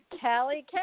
Kelly